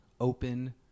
open